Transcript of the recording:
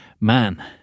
Man